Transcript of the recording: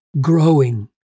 growing